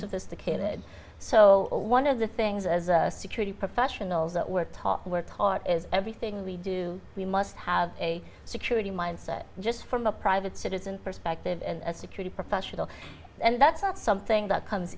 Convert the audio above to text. sophisticated so one of the things as a security professionals that we're taught we're taught is everything we do we must have a security mindset just from a private citizen perspective and security professional and that's not something that comes